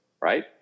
right